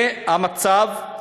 זה המצב.